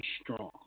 strong